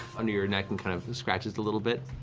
under your neck, and kind of scratch just a little bit.